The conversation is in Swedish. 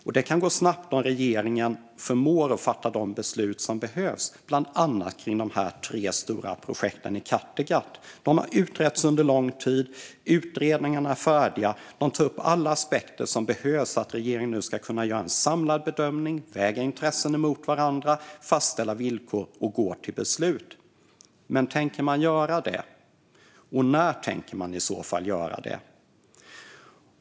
Och det kan gå snabbt om regeringen förmår fatta de beslut som behövs bland annat kring de tre stora projekten i Kattegatt. De har utretts under lång tid. Utredningarna är färdiga, och de tar upp alla aspekter som behövs för att regeringen nu ska kunna göra en samlad bedömning, väga intressen mot varandra, fastställa villkor och gå till beslut. Men tänker regeringen göra det, och när tänker man i så fall göra det?